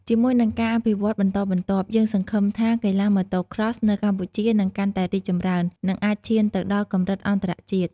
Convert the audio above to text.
ជាមួយនឹងការអភិវឌ្ឍន៍បន្តបន្ទាប់ យើងសង្ឃឹមថាកីឡា Motocross នៅកម្ពុជានឹងកាន់តែរីកចម្រើន និងអាចឈានទៅដល់កម្រិតអន្តរជាតិ។